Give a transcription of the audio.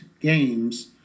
games